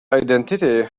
identity